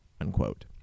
Unquote